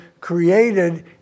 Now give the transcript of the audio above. created